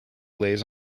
lays